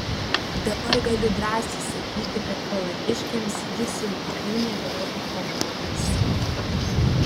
dabar galiu drąsiai sakyti kad palangiškiams jis jau tikrai nebėra ufonautas